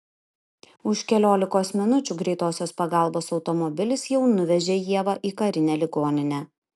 už keliolikos minučių greitosios pagalbos automobilis jau nuvežė ievą į karinę ligoninę